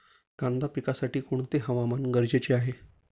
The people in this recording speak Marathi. कांदा पिकासाठी कोणते हवामान गरजेचे आहे?